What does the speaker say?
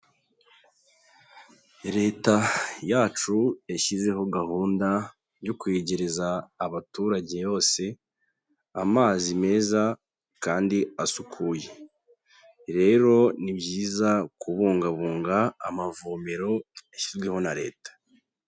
Leta yacu yashyizeho gahunda yo kwegereza abaturage bose amazi meza kandi asukuye, rero ni byiza kubungabunga amavomero yashyizweho na Leta.